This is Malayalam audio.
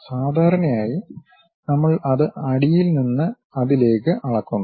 സാധാരണയായി നമ്മൾ അത് അടിയിൽ നിന്ന് അതിലേക്ക് അളക്കുന്നു